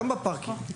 גם בפארקים.